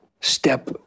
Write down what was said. step